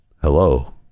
hello